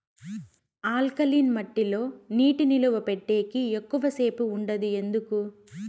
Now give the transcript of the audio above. alkaline మట్టి లో నీటి నిలువ పెట్టేకి ఎక్కువగా సేపు ఉండదు ఎందుకు